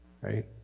Right